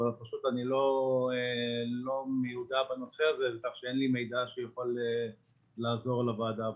אבל אני לא מיודע בנושא הזה כך שאין לי מידע שיכול לעזור לוועדה.